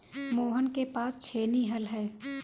मोहन के पास छेनी हल है